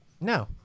No